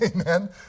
Amen